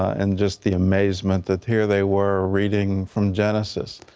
and just the amazement that here they were reading from genesis.